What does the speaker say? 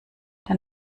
der